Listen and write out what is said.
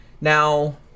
Now